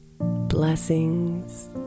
Blessings